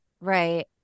Right